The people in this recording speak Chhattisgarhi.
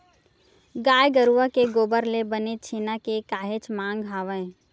गाय गरुवा के गोबर ले बने छेना के काहेच मांग हवय